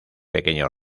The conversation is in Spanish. pequeño